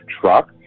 truck